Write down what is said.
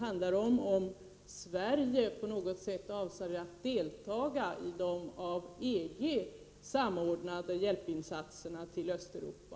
Avser Sverige att på något sätt delta i de av EG samordnade insatserna för hjälp till Östeuropa?